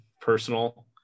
personal